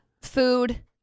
food